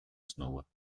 снова